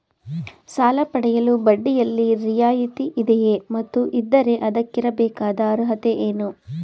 ಸಾಲ ಪಡೆಯಲು ಬಡ್ಡಿಯಲ್ಲಿ ರಿಯಾಯಿತಿ ಇದೆಯೇ ಮತ್ತು ಇದ್ದರೆ ಅದಕ್ಕಿರಬೇಕಾದ ಅರ್ಹತೆ ಏನು?